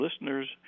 listeners